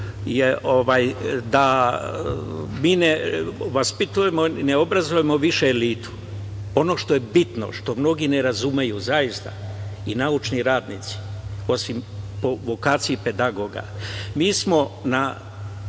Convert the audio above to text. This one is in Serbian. da mi ne vaspitavamo, ne obrazujemo više elitu. Ono što je bitno, što mnogi ne razumeju, zaista, naučni radnici, osim po vokaciji pedagoga, mi smo